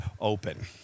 open